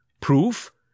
Proof